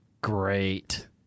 great